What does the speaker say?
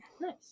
Nice